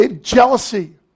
jealousy